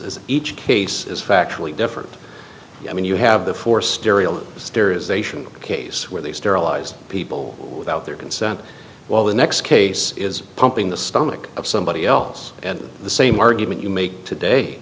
as each case is factually different i mean you have the forestieri a case where they sterilized people without their consent while the next case is pumping the stomach of somebody else the same argument you make today